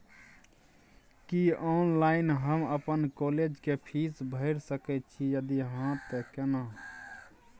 की online हम अपन college के फीस भैर सके छि यदि हाँ त केना?